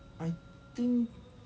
I think